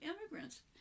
immigrants